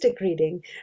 reading